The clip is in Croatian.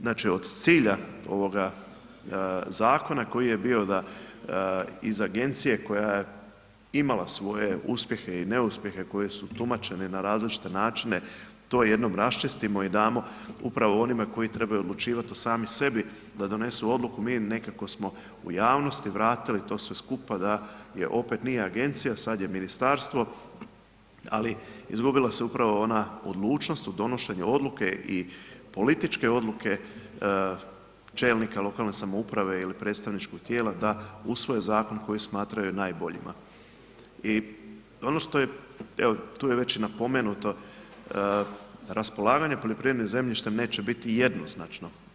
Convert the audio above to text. Znači, od cilja ovoga zakona koji je bio da iz agencija koja je imala svoje uspjehe i neuspjehe koji su tumačeni na različite načine to jednom raščistimo i damo upravo onima koji trebaju odlučivati o sami sebi, da donesu odluku, mi nekako smo u javnosti vratili to sve skupa da je opet, nije agencija, sad je ministarstvo, ali izgubila se upravo ona odlučnost u donošenju odluke i političke odluke čelnika lokalne samouprave ili predstavničkog tijela da usvoje zakon koji smatraju najboljima i ono što je tu je već i napomenuto, raspolaganje poljoprivrednim zemljištem neće biti jednoznačno.